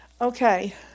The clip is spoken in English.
Okay